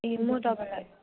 ए म तपाईँलाई